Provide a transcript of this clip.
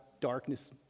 darkness